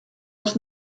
was